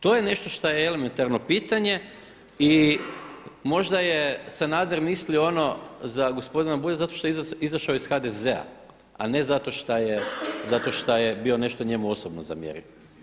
To je nešto što je elementarno pitanje i možda je Sanader mislio ono za gospodina Bulja zato što je izašao iz HDZ-a, a ne zato šta je bio nešto njemu osobno zamjeriv.